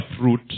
fruit